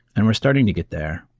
and we're starting to get there,